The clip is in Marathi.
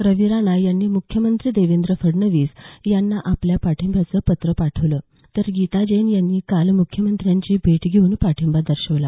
रवी राणा यांनी मुख्यमंत्री देवेंद्र फडणवीस यांना आपल्या पाठिंब्याचं पात्र पाठवलं तर गीता जैन यांनीं काल मुख्यमंत्र्यांची भेट घेऊन पाठिंबा दर्शवला